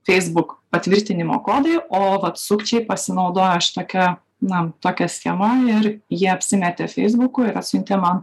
facebook patvirtinimo kodai o vat sukčiai pasinaudojo aš tokia na tokia schema ir jie apsimetė feisbuku ir atsiuntė man